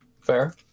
Fair